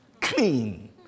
clean